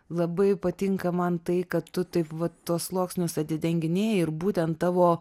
labai patinka man tai kad tu taip vat tuos sluoksnius atidenginėji ir būtent tavo